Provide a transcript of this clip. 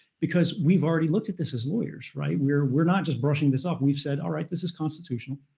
because we've already looked at this as lawyers, right? we're we're not just brushing this off. we've said, all right, this is constitutional.